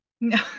No